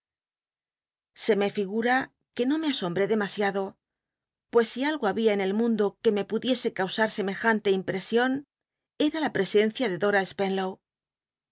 se me figuaa que no me asombré demasiado pues si algo babia en el mundo que me pudiese causar semejante impae ion era la presencia de dora